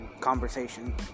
conversation